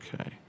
Okay